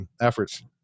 efforts